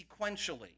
sequentially